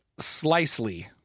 Slicely